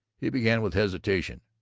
he began with hesitation